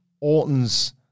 Orton's